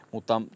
Mutta